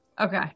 okay